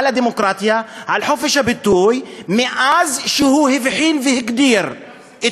הדמוקרטיה ועל חופש הביטוי מאז שהוא הבחין והגדיר את